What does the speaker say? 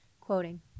Quoting